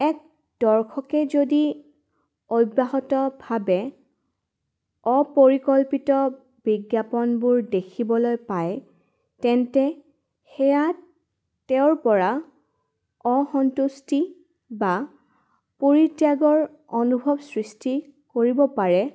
এক দৰ্শকে যদি অব্যাহতভাৱে অপৰিকল্পিত বিজ্ঞাপনবোৰ দেখিবলৈ পায় তেন্তে সেয়াত তেওঁৰপৰা অসন্তুষ্টি বা পৰিত্যাগৰ অনুভৱ সৃষ্টি কৰিব পাৰে